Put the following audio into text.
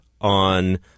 on